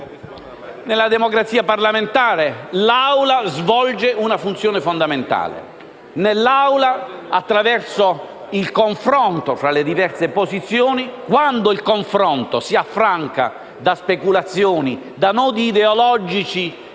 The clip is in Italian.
nella democrazia parlamentare l'Aula svolge una funzione fondamentale. Nell'Aula si svolge il confronto tra le diverse posizioni, quando il confronto si affranca da speculazioni, da nodi ideologici